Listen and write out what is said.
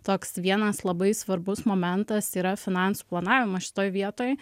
toks vienas labai svarbus momentas yra finansų planavimas šitoj vietoj